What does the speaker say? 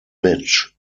beach